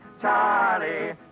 Charlie